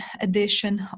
edition